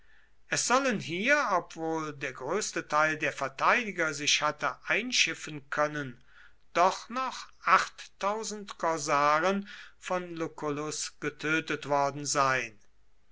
es sollen hier obwohl der größte teil der verteidiger sich hatte einschiffen können doch noch korsaren von lucullus getötet worden sein